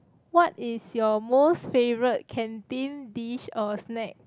what is your most favourite canteen dish or snack